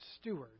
stewards